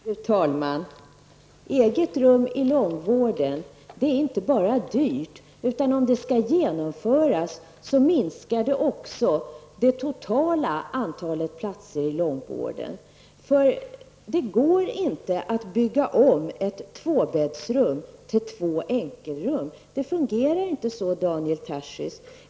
Fru talman! Eget rum i långvården är inte bara dyrt, utan om detta skall genomföras så minskar det också det totala antalet platser i långvården. Det går inte att bygga om ett tvåbäddsrum till två enkelrum; det fungerar inte så, Daniel Tarschys.